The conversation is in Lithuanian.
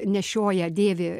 nešioja dėvi